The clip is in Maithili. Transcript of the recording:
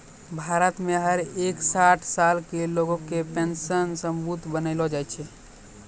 भारत मे हर एक साठ साल के लोग के पेन्शन सबूत बनैलो जाय छै